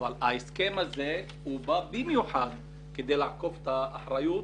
אבל ההסכם המוצג כאן בא במיוחד כדי לעקוף את האחריות